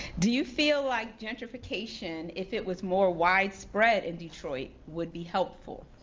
do you feel like gentrification, if it was more widespread in detroit, would be helpful?